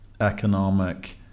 economic